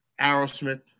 Aerosmith